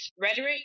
rhetoric